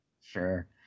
sure